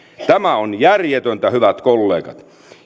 tämä on järjetöntä hyvät kollegat